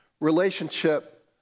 relationship